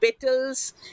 petals